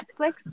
Netflix